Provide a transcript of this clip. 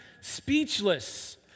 speechless